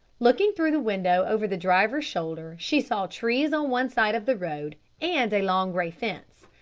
looking through the window over the driver's shoulder she saw trees on one side of the road, and a long grey fence.